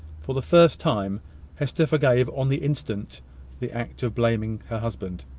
for the first time hester forgave on the instant the act of blaming her husband.